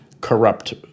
corrupt